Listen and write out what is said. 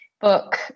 book